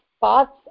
paths